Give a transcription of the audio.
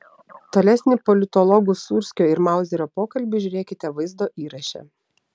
tolesnį politologų sūrskio ir mauzerio pokalbį žiūrėkite vaizdo įraše